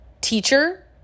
teacher